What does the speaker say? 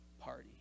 party